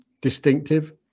distinctive